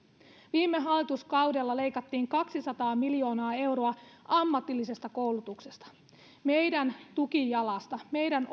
viime hallituskaudella leikattiin kaksisataa miljoonaa euroa ammatillisesta koulutuksesta meidän tukijalastamme meidän